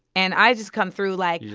and i just come through like,